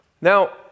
Now